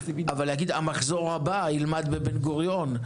אבל צריך להגיד: המחזור הבא ילמד בבן-גוריון,